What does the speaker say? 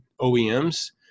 OEMs